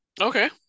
Okay